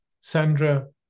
Sandra